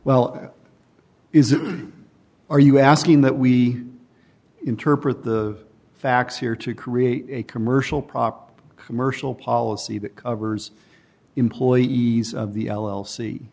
well is it are you asking that we interpret the facts here to create a commercial prop commercial policy that covers employee ease of the l l c